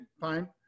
fine